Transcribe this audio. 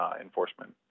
enforcement